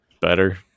better